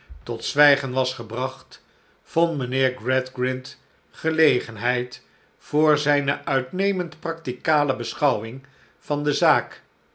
tot zwijgen was gebracht vond mijnheer gradgrind gelegenheid voor zijne uitnemend practicale beschouwing van de zaak